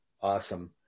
awesome